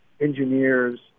engineers